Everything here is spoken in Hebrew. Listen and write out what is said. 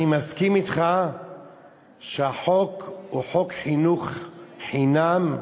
אני מסכים אתך שהחוק הוא חוק חינוך חינם,